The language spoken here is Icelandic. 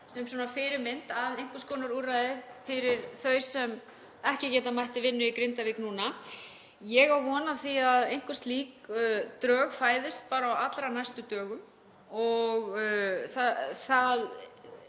sem fyrirmynd að einhvers konar úrræði fyrir þau sem ekki geta mætt til vinnu í Grindavík núna. Ég á von á því að einhver slík drög fæðist bara á allra næstu dögum. Það